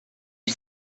you